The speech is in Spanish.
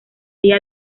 día